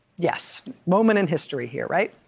yes, moment in history here, right?